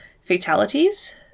Fatalities